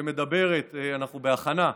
אנחנו בהכנה,